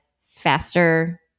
faster